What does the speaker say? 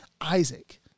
Isaac